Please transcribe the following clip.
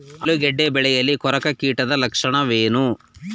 ಆಲೂಗೆಡ್ಡೆ ಬೆಳೆಯಲ್ಲಿ ಕೊರಕ ಕೀಟದ ಲಕ್ಷಣವೇನು?